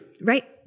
right